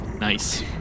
Nice